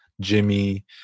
jimmy